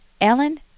Ellen